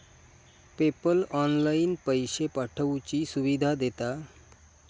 PayPal online पैशे पाठवुची सुविधा देता